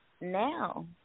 now